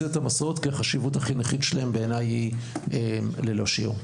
את המסעות כי החשיבות החינוכית שלהם בעיניי היא ללא שיעור.